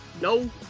No